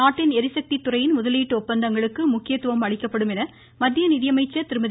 நாட்டின் எரிசக்தி துறையின் முதலீட்டு ஒப்பந்தங்களுக்கு முக்கியத்துவமும் அளிக்கப்படும் என்று மத்திய நிதியமைச்சர் திருமதி